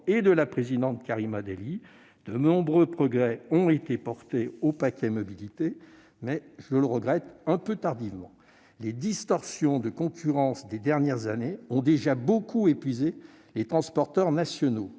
et de sa présidente, Karima Delli, de nombreux progrès ont été portés au paquet mobilité, bien qu'un peu tardivement, ce que je regrette. Les distorsions de concurrence des dernières années ont déjà beaucoup épuisé les transporteurs nationaux.